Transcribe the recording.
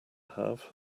have